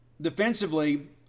Defensively